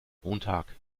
montag